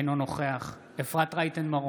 אינו נוכח אפרת רייטן מרום,